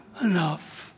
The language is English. enough